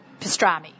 pastrami